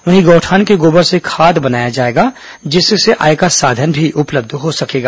वहीं गौठान के गोबर से खाद बनाया जाएगा जिससे आय का साधन भी उपलब्ध होगा